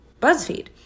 BuzzFeed